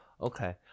Okay